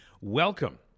Welcome